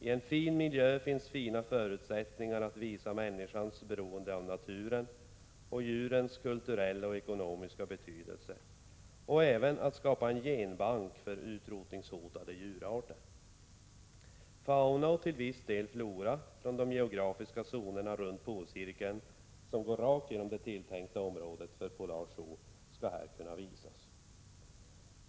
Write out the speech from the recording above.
I en fin miljö finns fina förutsättningar att visa människans beroende av naturen och djurens kulturella och ekonomiska betydelse, och även att skapa en genbank för utrotningshotade djurarter. Fauna och till viss del flora från de geografiska zonerna runt polcirkeln, som går rakt genom det tilltänkta området för Polar Zoo, skall här kunna visas.